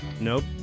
Nope